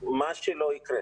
מה שלא יקרה,